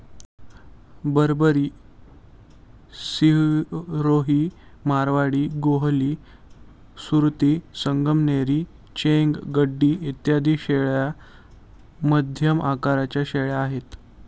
बरबरी, सिरोही, मारवाडी, गोहली, सुरती, संगमनेरी, चेंग, गड्डी इत्यादी शेळ्या मध्यम आकाराच्या शेळ्या आहेत